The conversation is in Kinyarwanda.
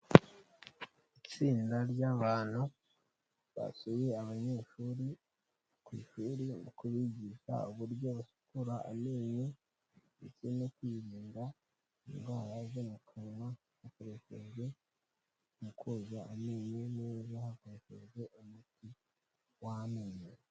Itsinda ry'abantu basuye abanyeshuri ku ishuri mu kubigisha uburyo basukura amenyo ndetse no kwirinda indwara zo mu kanwa, hakoreshejwe mu koza amenyo neza hakoreshejwe umuti w'amenyo.